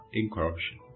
incorruption